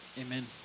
Amen